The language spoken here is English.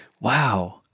Wow